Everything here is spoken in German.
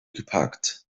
geparkt